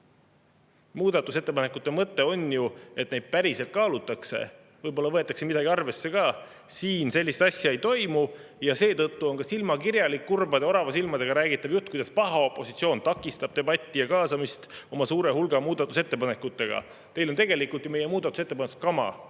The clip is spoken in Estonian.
Muudatusettepanekute mõte on ju see, et neid päriselt kaalutakse, võib-olla võetakse midagi arvesse ka. Siin sellist asja ei toimu ja seetõttu on ka silmakirjalik kurbade oravasilmadega räägitav jutt, kuidas paha opositsioon takistab debatti ja kaasamist oma suure hulga muudatusettepanekutega. Teil on tegelikult ju meie muudatusettepanekutest kama,